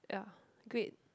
yeah great